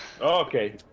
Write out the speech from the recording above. Okay